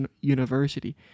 University